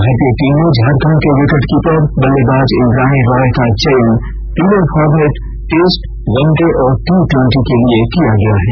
भारतीय टीम में झारखंड की विकेटकीपर बल्लेबाज इंद्राणी रॉय का चयन तीनों फार्मेट टेस्ट वन डे और टी ट्वेंटी के लिए किया गया है